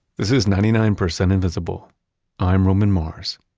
this is ninety nine percent invisible i'm roman mars